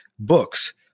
Books